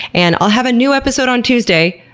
and i'll have a new episode on tuesday,